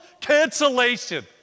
cancellation